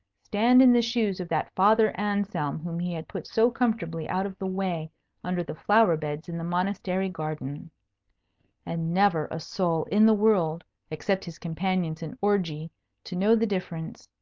stand in the shoes of that father anselm whom he had put so comfortably out of the way under the flower-beds in the monastery garden and never a soul in the world except his companions in orgy to know the difference.